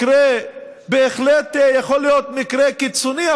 מקרה שבהחלט יכול להיות מקרה קיצוני,